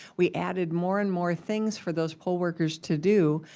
we added more and more things for those poll workers to do.